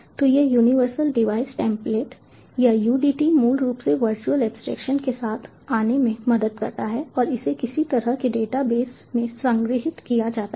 तो यह universal device template या UDT मूल रूप से वर्चुअल एब्स्ट्रैक्टशन के साथ आने में मदद करता है और इसे किसी तरह के डेटाबेस में संग्रहीत किया जाता है